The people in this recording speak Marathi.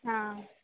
हा